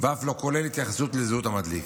ואף לא כולל התייחסות לזהות המדליק.